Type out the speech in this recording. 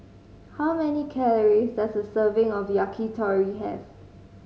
how many calories does a serving of Yakitori have